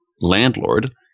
landlord